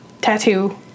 tattoo